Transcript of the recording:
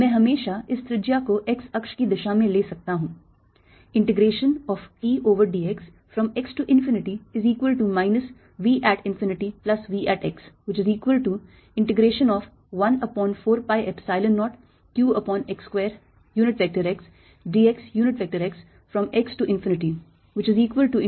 मैं हमेशा इस त्रिज्या को x अक्ष की दिशा में ले सकता हूं